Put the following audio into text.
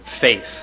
faith